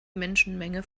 menschenmenge